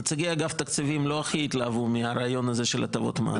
נציגי אגף תקציבים לא הכי התלהבו מהרעיון הזה של הטבות מס.